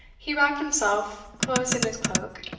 he wrapped himself close in his cloak,